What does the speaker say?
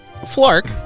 Flark